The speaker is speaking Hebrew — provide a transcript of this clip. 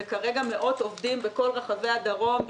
כרגע זה מאות עובדים בכל רחבי הדרום,